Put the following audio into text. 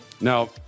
now